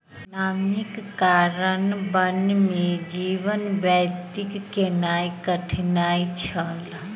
नमीक कारणेँ वन में जीवन व्यतीत केनाई कठिन छल